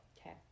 Okay